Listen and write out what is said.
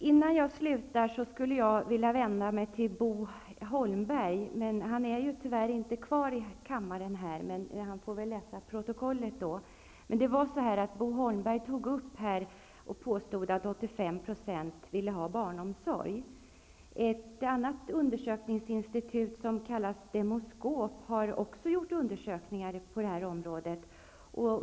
Innan jag avslutar skulle jag vilja vända mig till Bo Holmberg, men han är ju tyvärr inte kvar i kammaren. Då får han väl i stället läsa protokollet. Bo Holmberg påstod att det var 85 % som ville ha barnomsorg. Ett annat undersökningsinstitut som kallas Demoskop har också gjort undersökningar på det här området.